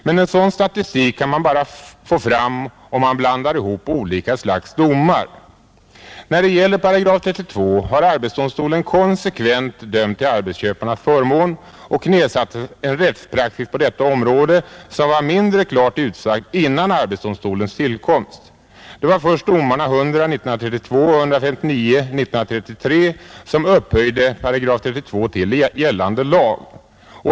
Men en sådan statistik kan man bara få fram om man blandar ihop olika slags domar, När det gäller § 32 har arbetsdomstolen konsekvent dömt till arbetsköparnas förmån och knäsatt en rättspraxis på detta område som var mindre klart utsagd före arbetsdomstolens tillkomst. Det var först domarna nr 100 år 1932 och nr 159 år 1933 som upphöjde § 32 till gällande lag.